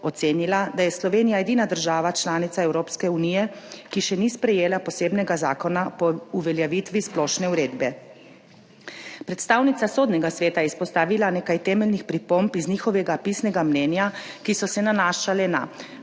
ocenila, da je Slovenija edina država članica Evropske unije, ki še ni sprejela posebnega zakona o uveljavitvi splošne uredbe. Predstavnica Sodnega sveta je izpostavila nekaj temeljnih pripomb iz njihovega pisnega mnenja, ki so se nanašale na